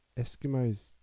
Eskimos